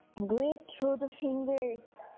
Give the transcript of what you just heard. grip through the fingers,